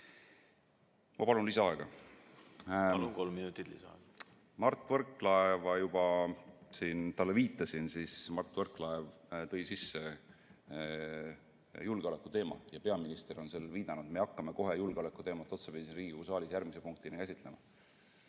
minutit lisaaega! Mart Võrklaevale juba siin viitasin. Mart Võrklaev tõi sisse julgeolekuteema ja peaminister on sellele viidanud. Me hakkame kohe julgeolekuteemat otsapidi siin Riigikogu saalis järgmise punktina käsitlema.